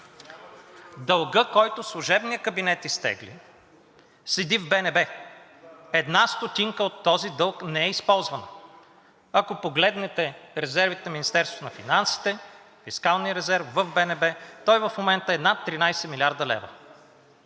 Дългът, който служебният кабинет изтегли, седи в БНБ. Една стотинка от този дълг не е използвана. Ако погледнете резервите на Министерството на финансите, фискалният резерв в БНБ в момента е над 13 млрд. лв.